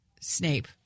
Snape